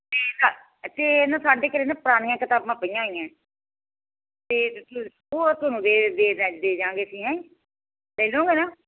ਠੀਕ ਅ ਅਤੇ ਨਾ ਸਾਡੇ ਘਰ ਨਾ ਪੁਰਾਣੀਆਂ ਕਿਤਾਬਾਂ ਪਈਆਂ ਹੋਈਆਂ ਅਤੇ ਦੇ ਜਾਵਾਂਗੇ ਅਸੀਂ ਹੈਂ ਲੈ ਲਓਗੇ ਨਾ